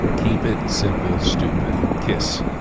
keep it simple, stupid, kiss.